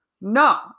No